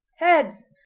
heads!